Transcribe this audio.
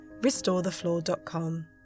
RestoreTheFloor.com